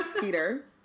Peter